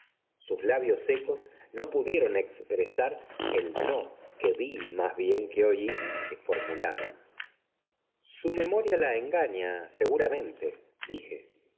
sus labios secos no pudieron expresar el no que vi más bien que oí que formulaban su memoria la engaña seguramente dije